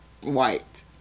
white